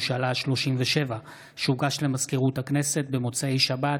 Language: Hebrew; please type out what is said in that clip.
הצעת חוק שלילת זכויות לראש ממשלה לשעבר שכיהן תקופה קצרה,